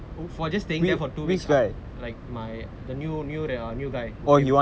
for just staying there for two weeks after like my the new new new guy